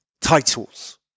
titles